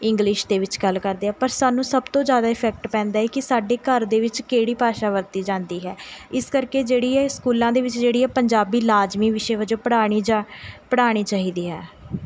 English ਦੇ ਵਿੱਚ ਗੱਲ ਕਰਦੇ ਆ ਪਰ ਸਾਨੂੰ ਸਭ ਤੋਂ ਜ਼ਿਆਦਾ ਇਫੈਕਟ ਪੈਂਦਾ ਹੈ ਕਿ ਸਾਡੇ ਘਰ ਦੇ ਵਿੱਚ ਕਿਹੜੀ ਭਾਸ਼ਾ ਵਰਤੀ ਜਾਂਦੀ ਹੈ ਇਸ ਕਰਕੇ ਜਿਹੜੀ ਹੈ ਸਕੂਲਾਂ ਦੇ ਵਿੱਚ ਜਿਹੜੀ ਹੈ ਪੰਜਾਬੀ ਲਾਜ਼ਮੀ ਵਿਸ਼ੇ ਵਜੋਂ ਪੜ੍ਹਾਉਣੀ ਜਾਂ ਪੜ੍ਹਾਉਣੀ ਚਾਹੀਦੀ ਹੈ